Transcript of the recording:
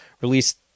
released